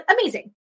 amazing